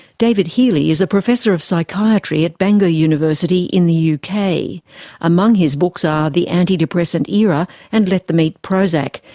david healy is a professor of psychiatry at bangor university in the yeah uk. among his books are the antidepressant era and let them eat prozac,